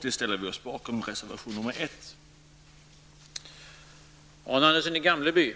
Vi ställer oss bakom reservation nr 1.